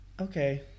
Okay